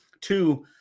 Two